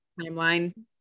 timeline